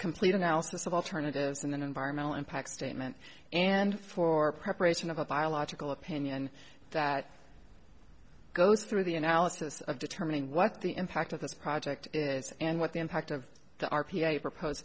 complete analysis of alternatives and an environmental impact statement and for preparation of a biological opinion that goes through the analysis of determining what the impact of this project is and what the impact of the r p i proposed